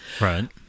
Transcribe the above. Right